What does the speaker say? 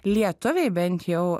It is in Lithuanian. lietuviai bent jau